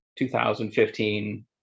2015